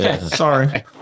Sorry